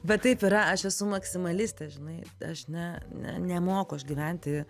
bet taip yra aš esu maksimalistė žinai aš ne ne nemoku aš gyventi